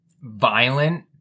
violent